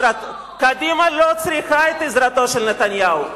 קדימה לא צריכה את עזרתו של נתניהו,